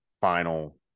final